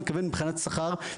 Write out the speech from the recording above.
אני מתכוון מבחינת השכר,